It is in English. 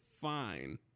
fine